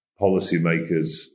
policymakers